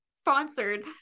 sponsored